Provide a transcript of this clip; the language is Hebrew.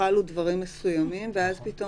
שהיו בו